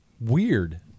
weird